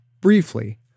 briefly